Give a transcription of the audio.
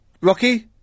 Rocky